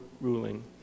ruling